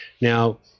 Now